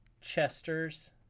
chester's